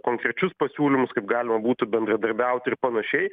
konkrečius pasiūlymus kaip galima būtų bendradarbiauti ir panašiai